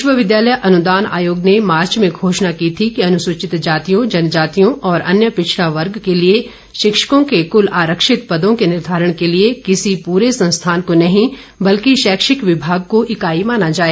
विश्वविद्यालय अनुदान आयोग ने मार्च में घोषणा की थी कि अनुसूचित जातियों जनजातियों और अन्य पिछड़ा वर्ग के लिए शिक्षकों के कुल आरक्षित पदों के निर्धारण के लिए किसी पूरे संस्थान को नहीं बल्कि शैक्षिक विभाग को इकाई माना जाए